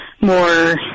more